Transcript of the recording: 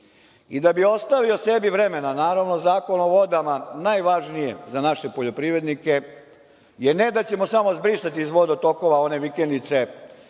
bi ostavio sebi vremena, naravno, Zakon o vodama, najvažniji za naše poljoprivrednike, je ne da ćemo samo zbrisati iz vodotokova one vikendice